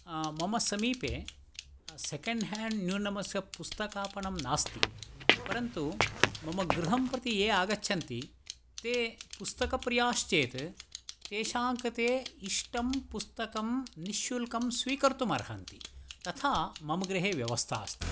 मम समीपे सेकेण्डह्येण्ड् न्यूनमस्य पुस्तकापणं नास्ति परन्तु मम गृहं प्रति ये आगच्छन्ति ते पुस्तकप्रियाश्चेत् तेषां कृते इष्टं पुस्तकं निश्शुल्कं स्वीकर्तुमर्हन्ति तथा मम गृहे व्यवस्था अस्ति